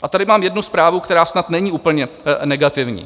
A tady mám jednu zprávu, která snad není úplně negativní.